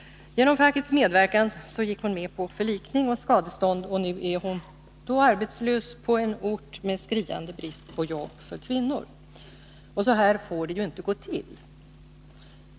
Genom fackets medverkan gick hon med på förlikning och skadestånd. Nu är hon arbetslös på en ort med skriande brist på jobb för kvinnor. Så här får det inte gå till!